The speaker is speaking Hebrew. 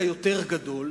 לנזק היותר גדול,